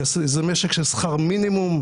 כי זה משק של שכר מינימום.